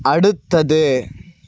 அடுத்தது